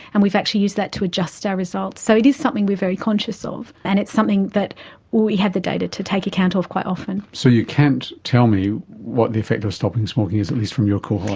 and we've actually used that to adjust our results. so it is something we are very conscious of and it's something that we have the data to take account of quite often. so you can't tell me what the effect of stopping smoking is, at least from your cohort?